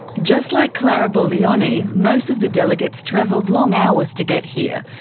just like clara boglione, most of the delegates travelled long hours to get here.